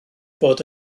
bod